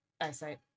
eyesight